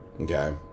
okay